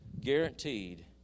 guaranteed